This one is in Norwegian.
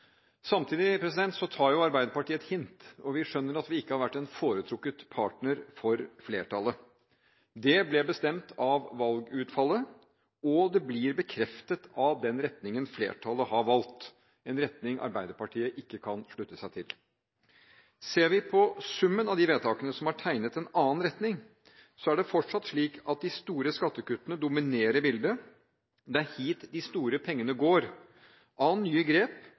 Samtidig tar Arbeiderpartiet et hint, og vi skjønner at vi ikke har vært en foretrukket partner for flertallet. Det ble bestemt av valgutfallet, og det blir bekreftet av den retningen flertallet har valgt – en retning Arbeiderpartiet ikke kan slutte seg til. Ser vi på summen av de vedtakene som har tegnet en annen retning, er det fortsatt slik at de store skattekuttene dominerer bildet. Det er hit de store pengene går. Av nye grep